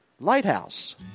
Lighthouse